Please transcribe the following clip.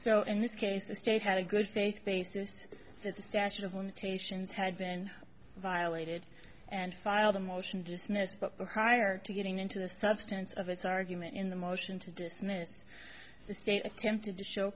so in this case the state had a good faith basis that the statute of limitations had been violated and filed a motion to dismiss but the higher to getting into the substance of its argument in the motion to dismiss the state attempted to show